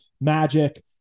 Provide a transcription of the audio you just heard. Magic